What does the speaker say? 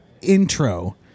intro